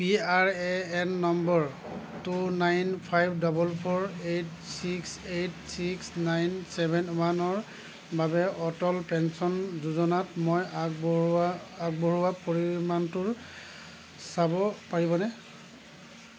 P R A N number two nine five double four eight six eight six nine seven ৱানৰ বাবে Atal pension যোজনাত মই আগবঢ়োৱা আগবঢ়োৱা পৰিমাণটো চাব পাৰিবনে